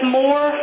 more